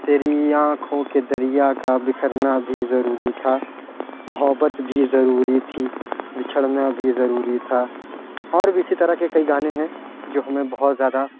تری آنکھوں کے دریا کا بکھرنا بھی ضروری تھا محبت بھی ضروری تھی بچھڑنا بھی ضروری تھا اور بھی اسی طرح کے کئی گانے ہیں جو ہمیں بہت زیادہ